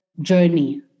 journey